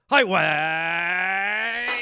Highway